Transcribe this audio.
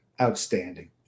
Outstanding